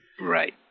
Right